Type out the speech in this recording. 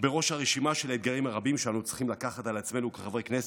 בראש הרשימה של האתגרים הרבים שאנו צריכים לקחת על עצמנו כחברי כנסת,